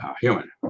human